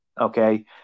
okay